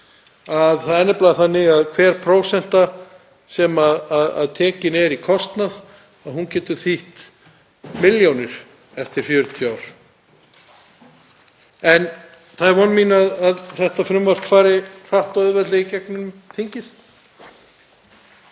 Það er nefnilega þannig að hver prósenta sem tekin er í kostnað getur þýtt milljónir eftir 40 ár. Það er von mín að þetta frumvarp fari hratt og auðveldlega í gegnum þingið.